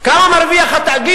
כמה מרוויח התאגיד?